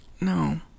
no